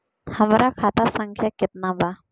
हमरा खाता संख्या केतना बा?